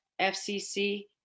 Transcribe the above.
FCC